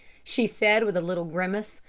she said with a little grimace.